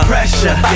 Pressure